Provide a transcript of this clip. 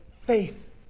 faith